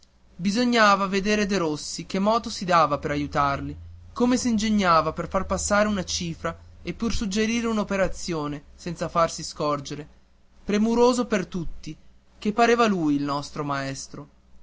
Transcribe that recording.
bisognava vedere derossi che moto si dava per aiutarli come s'ingegnava per far passare una cifra e per suggerire un'operazione senza farsi scorgere premuroso per tutti che pareva lui il nostro maestro